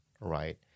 right